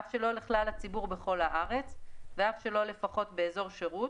אף שלא לכלל הציבור בכל הארץ ואף שלא לפחות באזור שירות,